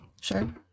sure